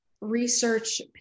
research